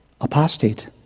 apostate